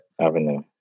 avenue